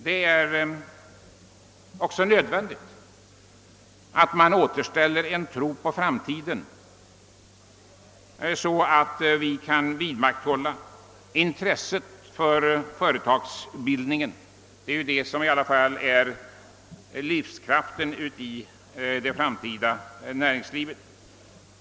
Det är också nödvändigt att man återställer en tro på framtiden så att vi kan vidmakthålla intresset för företagsbildningen. Det är ju det som är livskraften i det framtida näringslivet.